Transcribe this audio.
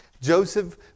Joseph